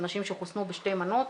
אנשים שחוסנו בשתי מנות.